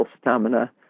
stamina